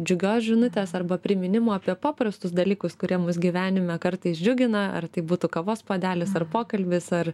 džiugios žinutės arba priminimo apie paprastus dalykus kurie mus gyvenime kartais džiugina ar tai būtų kavos puodelis ar pokalbis ar